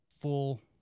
full